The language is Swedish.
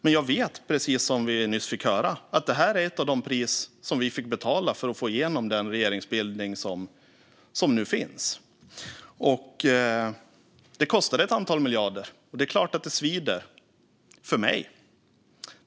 Men jag vet, precis som vi nyss fick höra, att det här är ett av de pris som vi fick betala för att få igenom den regeringsbildning som nu finns. Det kostade ett antal miljarder, och det är klart att det svider för mig.